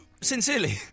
sincerely